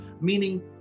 Meaning